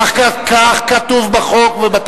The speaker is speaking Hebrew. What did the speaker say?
כך כתוב בחוק.